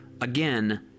again